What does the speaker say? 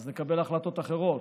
אז נקבל החלטות אחרות.